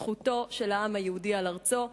זכותו של העם היהודי על ארצו.